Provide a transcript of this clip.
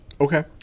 Okay